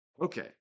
Okay